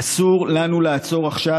אסור לנו לעצור עכשיו,